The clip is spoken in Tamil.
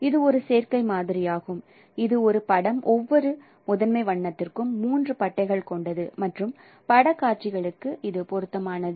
இது ஒரு சேர்க்கை மாதிரியாகும் இது ஒரு படம் ஒவ்வொரு முதன்மை வண்ணத்திற்கும் மூன்று பட்டைகள் கொண்டது மற்றும் பட காட்சிகளுக்கு இது பொருத்தமானது